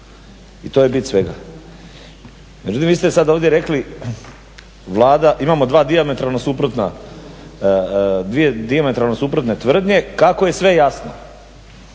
I to je bit svega. Međutim, vi ste sad ovdje rekli imamo dvije dijametralno suprotne tvrdnje kako je sve jasno.